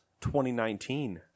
2019